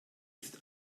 ist